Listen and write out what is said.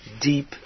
deep